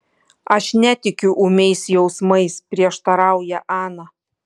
aš netikiu ūmiais jausmais prieštarauja ana